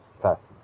classes